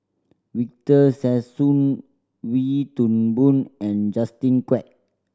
Victor Sassoon Wee Toon Boon and Justin Quek